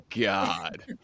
god